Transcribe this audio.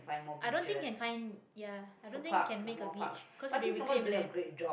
i don't think can find ya i don't think can make a beach 'cause it'll be reclaimed land